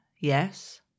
Yes